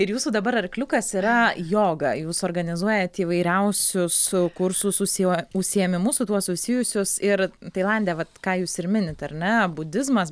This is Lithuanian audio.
ir jūsų dabar arkliukas yra joga jūs organizuojat įvairiausius kursus susijuo užsiėmimus su tuo susijusius ir tailande vat ką jūs ir minit ar ne budizmas